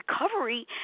recovery